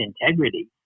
integrity